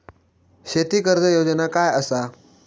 शेती कर्ज योजना काय असा?